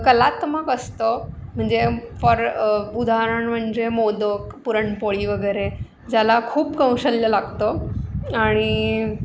कलात्मक असतं म्हणजे फॉर उदाहरण म्हणजे मोदक पुरणपोळी वगैरे ज्याला खूप कौशल्य लागतं आणि